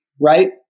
right